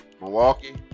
Milwaukee